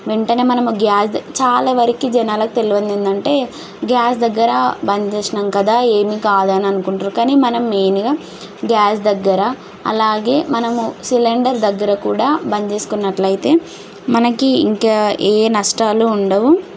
వెంటనే మనం గ్యా చాలా వరకి జనాలకి తెలియనిది ఏందంటే గ్యాస్ దగ్గర బంద్ చేసినాం కదా ఏమి కాదు అని అనుకుంటరు కానీ మనం మెయిన్గా గ్యాస్ దగ్గర అలాగే మనము సిలిండర్ దగ్గర కూడా బంద్ చేసుకున్నట్లయితే మనకి ఇంకా ఏ నష్టాలు ఉండవు